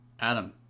Adam